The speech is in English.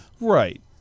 Right